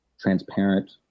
transparent